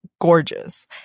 gorgeous